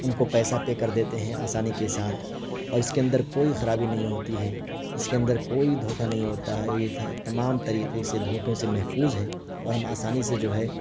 ان کو پیسہ پے کر دیتے ہیں آسانی کے ساتھ اور اس کے اندر کوئی خرابی نہیں ہوتی ہے اس کے اندر کوئی دھوکا نہیں ہوتا ہے یہ تمام طریقے سے دھوکے سے محفوظ ہے اور ہم آسانی سے جو ہے